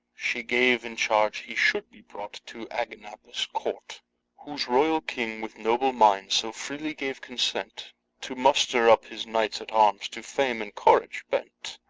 she gave in charge he should be brought to aganippus' court whose royal king, with noble mind, so freely gave consent to muster up his knights at arms, to fame and courage bent.